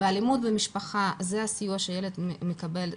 באלימות במשפחה זה הסיוע שילד מקבל.